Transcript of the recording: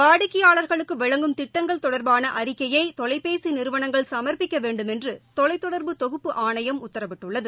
வாடிக்கையாளர்களுக்குவழங்கும் திட்டங்கள் தொடர்பான அறிக்கையைதொலைபேசிநிறுவனங்கள் சமர்பிக்கவேணடும் என்றுதொலைதொடர்பு தொகுப்பு ஆணையம் உத்தரவிட்டுள்ளது